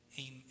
amen